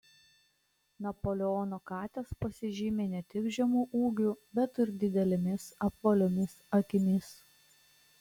napoleono katės pasižymi ne tik žemu ūgiu bet ir didelėmis apvaliomis akimis